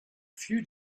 few